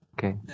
Okay